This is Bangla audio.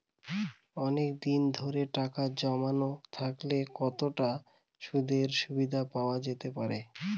অনেকদিন ধরে টাকা জমানো থাকলে কতটা সুদের সুবিধে পাওয়া যেতে পারে?